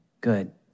good